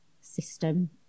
system